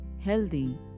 healthy